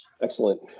Excellent